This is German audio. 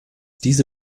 diese